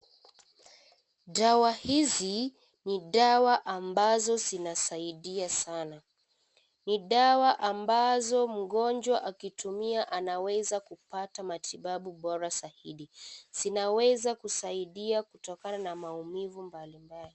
Dawa hizi ni dawa ambazo zinasaidia sana. Ni dawa ambazo mgonjwa akitumia anaweza kupata matibabu bora zaidi. Zinaweza kusaidia kutokana na maumivu mbali mbali.